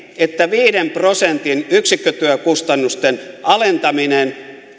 että viiden prosentin yksikkötyökustannusten alentaminen